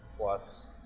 plus